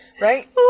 Right